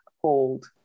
hold